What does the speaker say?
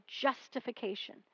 justification